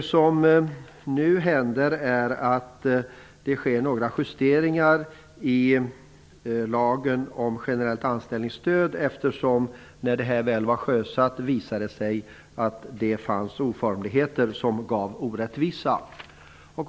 Vad som nu händer är att det sker några justeringar i lagen om generellt anställningsstöd. När det här instrumentet väl var sjösatt visade det sig nämligen att det fanns oformligheter som resulterade i en orättvisa.